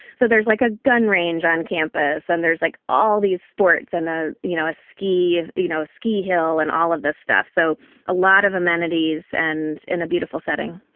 so there's like a gun range on campus and there's like all these sports and, you know, a ski, you know, a ski hill and all of this stuff. so a lot of amenities and in a beautiful setting,